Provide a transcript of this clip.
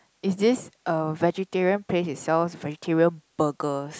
it's this uh vegetarian place it sells vegetarian burgers